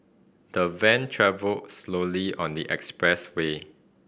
the van travelled slowly on the expressway